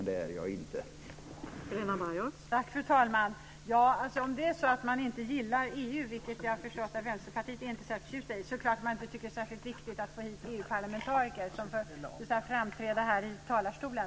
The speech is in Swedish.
Det är jag alltså inte.